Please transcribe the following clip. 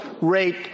rate